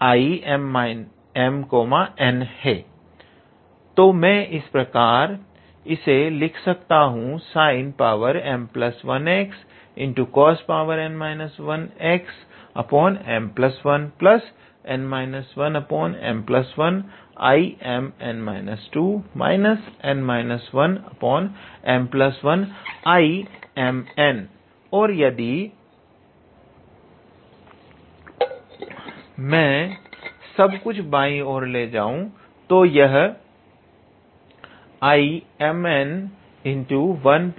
तो मैं इसे इस प्रकार से लिख सकता हूं और यदि मैं सब कुछ बायी ओर ले जाऊं तो यह 𝐼𝑚n1